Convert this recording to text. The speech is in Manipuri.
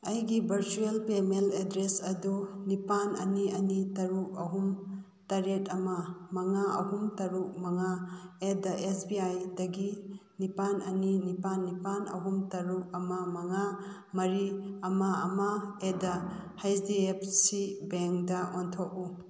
ꯑꯩꯒꯤ ꯚꯔꯆꯨꯋꯦꯜ ꯄꯦꯃꯦꯜ ꯑꯦꯗ꯭ꯔꯦꯁ ꯑꯗꯨ ꯅꯤꯄꯥꯜ ꯑꯅꯤ ꯑꯅꯤ ꯇꯔꯨꯛ ꯑꯍꯨꯝ ꯇꯔꯦꯠ ꯑꯃ ꯃꯉꯥ ꯑꯍꯨꯝ ꯇꯔꯨꯛ ꯃꯉꯥ ꯑꯦꯠ ꯗ ꯑꯦꯁ ꯕꯤ ꯑꯥꯏꯗꯒꯤ ꯅꯤꯄꯥꯜ ꯑꯅꯤ ꯅꯤꯄꯥꯜ ꯅꯤꯄꯥꯜ ꯑꯍꯨꯝ ꯇꯔꯨꯛ ꯑꯃ ꯃꯉꯥ ꯃꯔꯤ ꯑꯃ ꯑꯃ at the H D F C ꯕꯦꯡꯗ ꯑꯣꯟꯊꯣꯛꯎ